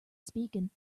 speaking